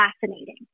fascinating